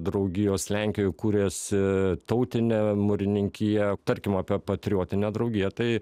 draugijos lenkijoj kūrėsi tautinė mūrininkija tarkim apie patriotinę draugiją tai